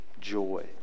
joy